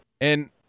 and-